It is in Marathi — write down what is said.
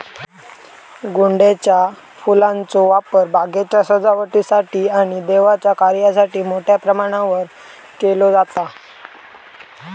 गोंड्याच्या फुलांचो वापर बागेच्या सजावटीसाठी आणि देवाच्या कार्यासाठी मोठ्या प्रमाणावर केलो जाता